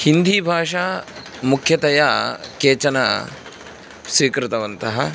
हिन्दीभाषा मुख्यतया केचन स्वीकृतवन्तः